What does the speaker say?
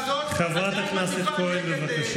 אתם מבינים כמה לבד היינו?